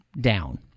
down